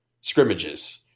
scrimmages